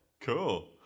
Cool